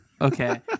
okay